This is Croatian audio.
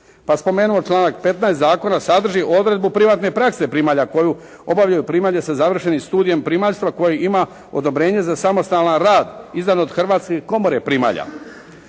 bi spomenuo članak 15. zakona sadrži odredbu privatne prakse primalja koju obavljaju primanja sa završenim studijem primaljstva koji ima odobrenje za samostalan rad izdan od Hrvatske komore primalja.